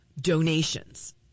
donations